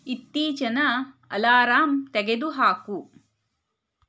ಇತ್ತೀಚಿನ ಅಲಾರಾಂ ತೆಗೆದು ಹಾಕು